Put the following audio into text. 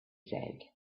said